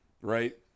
Right